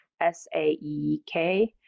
S-A-E-K